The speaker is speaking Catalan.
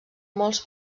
molts